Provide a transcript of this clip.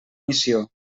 missió